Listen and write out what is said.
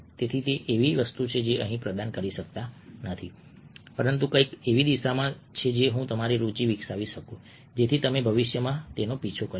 તેથી તે એવી વસ્તુ છે જે હું અહીં પ્રદાન કરી શકતો નથી પરંતુ તે કંઈક એવી દિશામાં છે જેમાં હું તમારી રુચિ વિકસાવી શકું જેથી તમે ભવિષ્યમાં તેનો પીછો કરી શકો